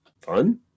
Fun